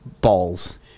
balls